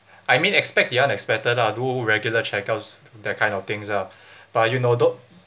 I mean expect the unexpected lah do regular checkups that kind of things lah but you know though